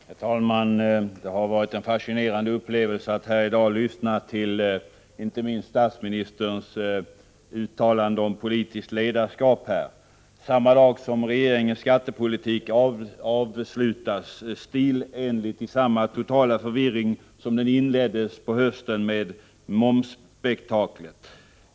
Herr talman! Det har varit en fascinerande upplevelse att lyssna till debatten här i dag. Inte minst gäller det statsministerns uttalande om politiskt ledarskap — samma dag som regeringens skattepolitik stilenligt avslutas i samma totala förvirring som när den inleddes på hösten med momsspektaklet.